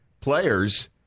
players